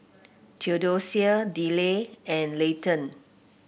Theodosia Deliah and Layton